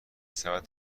سبد